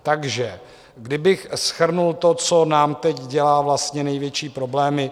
Takže kdybych shrnul to, co nám teď dělá vlastně největší problémy.